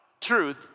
truth